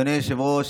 אדוני היושב-ראש,